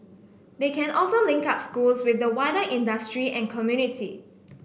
they can also link up schools with the wider industry and community